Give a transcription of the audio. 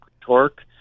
torque